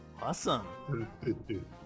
Awesome